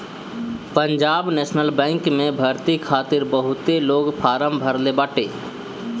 Punjab national bank में भर्ती खातिर बहुते लोग फारम भरले बाटे